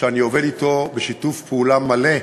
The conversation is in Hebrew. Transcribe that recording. שאני עובד אתו בשיתוף פעולה מלא,